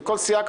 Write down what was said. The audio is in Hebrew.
וכל סיעה יכולה,